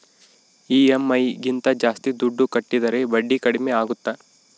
EMI ಗಿಂತ ಜಾಸ್ತಿ ದುಡ್ಡು ಕಟ್ಟಿದರೆ ಬಡ್ಡಿ ಕಡಿಮೆ ಆಗುತ್ತಾ?